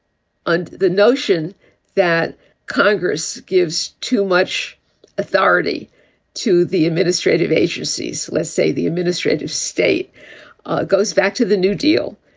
and the notion that congress gives too much authority to the administrative agencies, let's say the administrative state goes back to the new deal.